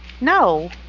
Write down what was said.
No